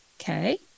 Okay